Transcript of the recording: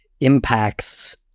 impacts